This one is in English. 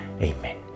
Amen